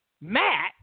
Matt